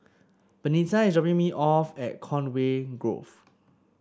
Benita is dropping me off at Conway Grove